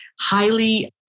highly